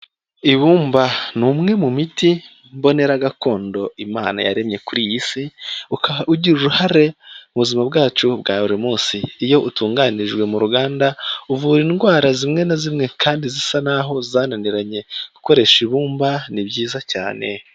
Ibumba ni umwe mu miti mbonera gakondo imana yaremye kuri iyi si ukaba ugira uruhare mu buzima bwacu bwa buri munsi, iyo utunganijwe mu ruganda uvura indwara zimwe na zimwe kandi zisa naho zananiranye, gukoresha ibumba ni byiza cyane.